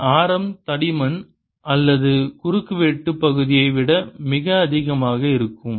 இதன் ஆரம் தடிமன் அல்லது குறுக்கு வெட்டு பகுதியை விட மிக அதிகமாக இருக்கும்